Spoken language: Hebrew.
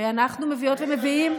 כשאנחנו מביאות ומביאים,